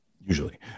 Usually